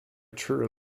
true